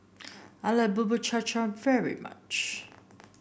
I like Bubur Cha Cha very much